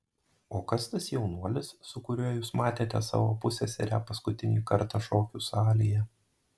o kas tas jaunuolis su kuriuo jūs matėte savo pusseserę paskutinį kartą šokių salėje